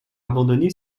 abandonné